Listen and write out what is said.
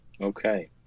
Okay